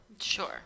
Sure